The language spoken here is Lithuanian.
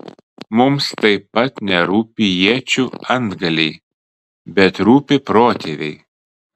mums taip pat nerūpi iečių antgaliai bet rūpi protėviai